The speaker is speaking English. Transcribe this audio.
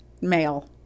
male